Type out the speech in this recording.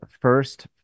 first